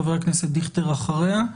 חבר הכנסת דיכטר אחריה.